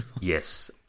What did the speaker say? Yes